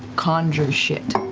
conjure shit.